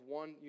one